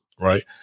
Right